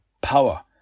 power